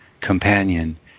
companion